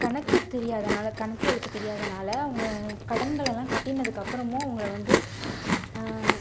கணக்கு தெரியாதனால் கணக்கு வழக்கு தெரியாதனால் அவங்க கடன்கள்ளெல்லாம் கட்டினத்துக்கு அப்புறமும் அவங்கள வந்து